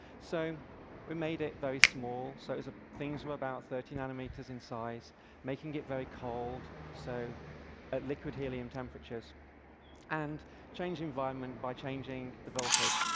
so we made it very small, so ah things were about thirty nanometers in size making it very cold, so at liquid helium temperatures and changing environment by changing the voltage,